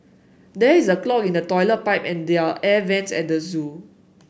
there is a clog in the toilet pipe and there air vents at the zoo